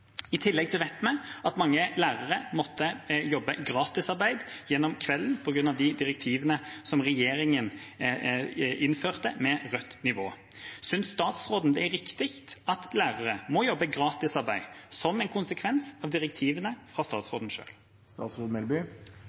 I tillegg vet vi at mange lærere måtte jobbe gratis gjennom kvelden på grunn av de direktivene som regjeringa innførte med rødt nivå. Synes statsråden det er riktig at lærere må jobbe gratis som en konsekvens av direktivene fra statsråden